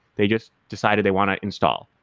they just decided they want to install.